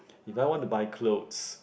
you know if I want to buy clothes